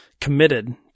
committed